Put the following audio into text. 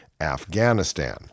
Afghanistan